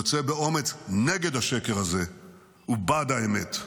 יוצא באומץ נגד השקר הזה ובעד האמת,